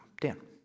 Dan